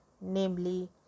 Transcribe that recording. namely